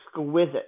exquisite